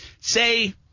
Say